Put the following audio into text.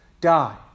die